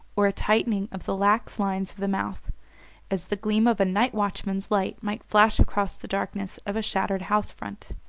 or a tightening of the lax lines of the mouth as the gleam of a night-watchman's light might flash across the darkness of a shuttered house-front.